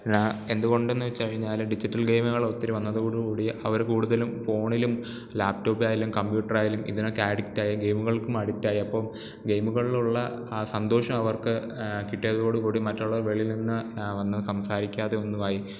പിന്നെ എന്തു കൊണ്ടെന്നു വെച്ചു കഴിഞ്ഞാൽ ഡിജിറ്റൽ ഗെയിമുകളൊത്തിരി വന്നതോടുകൂടി അവർ കൂടുതലും ഫോണിലും ലാപ്ടോപ്പിലായാലും കമ്പ്യൂട്ടറായാലും ഇതിനൊക്കെ അഡിക്റ്റായി ഗെയിമുകൾക്കും അഡിക്റ്റായി അപ്പം ഗെയിമുകളിലുള്ള ആ സന്തോഷം അവർക്ക് കിട്ടിയതോടു കൂടി മറ്റുള്ള വെളിയിൽ നിന്നു വന്നു സംസാരിക്കാതെ ഒന്നുമായി